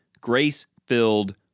grace-filled